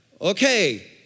okay